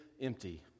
empty